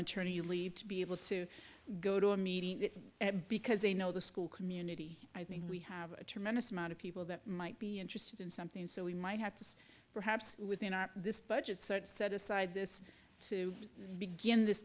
maternity leave to be able to go to a meeting and because they know the school community i think we have a tremendous amount of people that might be interested in something so we might have to perhaps within this budget such set aside this to begin this